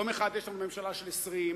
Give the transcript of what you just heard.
יום אחד יש לנו ממשלה של 20,